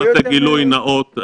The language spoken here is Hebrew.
גילוי נאות,